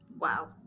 Wow